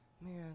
Man